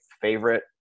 favorite